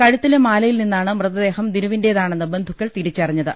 കഴു ത്തിലെ മാലയിൽനിന്നാണ് മൃതദേഹം ദിനുവിന്റേതാണെന്ന് ബന്ധുക്കൾ തിരിച്ചറിഞ്ഞത്